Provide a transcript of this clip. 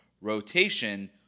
rotation